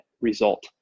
result